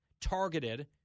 targeted